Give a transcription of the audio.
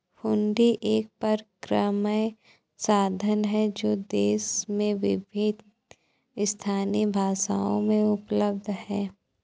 हुंडी एक परक्राम्य साधन है जो देश में विभिन्न स्थानीय भाषाओं में उपलब्ध हैं